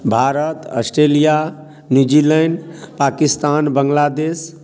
Bharat Australia New Zealand Pakistan Bangladesh